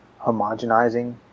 homogenizing